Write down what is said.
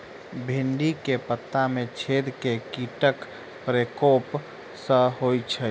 भिन्डी केँ पत्ता मे छेद केँ कीटक प्रकोप सऽ होइ छै?